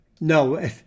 No